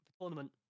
tournament